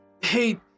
Hey